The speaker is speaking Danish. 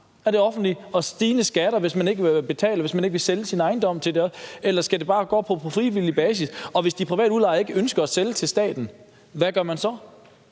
af det offentlige, f.eks. via stigende skatter, hvis man ikke vil sælge sin ejendom? Eller skal det bare gå på frivillig basis? Og hvis de private udlejere ikke ønsker at sælge til staten, hvad gør man så?